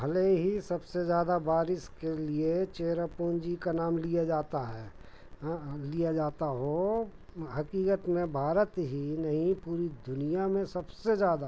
भले ही सबसे ज़्यादा बारिश के लिए चेरापूंजी का नाम लिया जाता है लिया जाता हो हक़ीक़त में भारत ही नहीं पूरी दुनिया में सबसे ज़्यादा